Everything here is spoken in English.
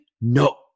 No